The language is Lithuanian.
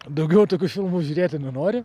daugiau tokių filmų žiūrėti nenori